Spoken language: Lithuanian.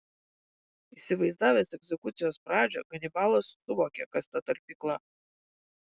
įsivaizdavęs egzekucijos pradžią hanibalas suvokė kas ta talpykla